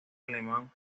alemán